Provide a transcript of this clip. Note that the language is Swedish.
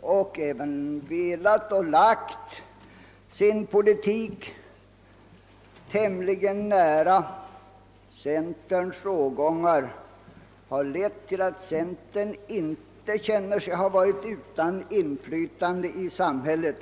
och även velat lägga sin politik tämligen nära centerns rågångar har lett till att centern inte varit utan inflytande i samhället.